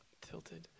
tilted